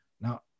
Now